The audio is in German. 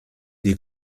die